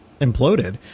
imploded